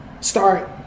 start